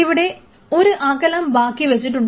ഇവിടെ ഒരു അകലം ബാക്കി വെച്ചിട്ടുണ്ട്